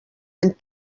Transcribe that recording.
any